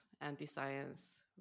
anti-science